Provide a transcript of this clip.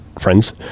friends